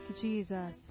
Jesus